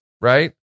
right